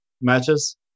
matches